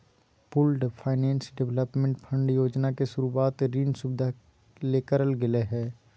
pooled finance development fund योजना के शुरूवात ऋण सुविधा ले करल गेलय हें